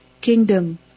kingdom